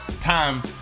time